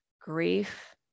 grief